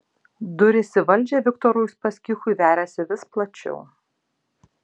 durys į valdžią viktorui uspaskichui veriasi vis plačiau